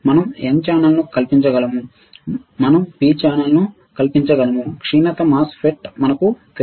మనం n ఛానెల్ను కల్పించగలము మనం p ఛానెల్ను కల్పించగలము క్షీణత MOSFET మనకు తెలుసు